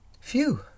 Phew